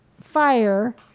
fire